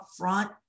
upfront